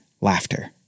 laughter